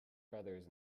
feathers